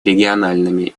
региональными